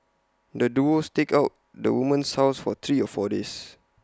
the duo staked out the woman's house for three or four days